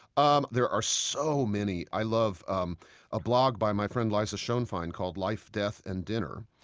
um there are so many. i love um a blog by my friend liza shoenfein called life, death and dinner.